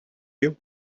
you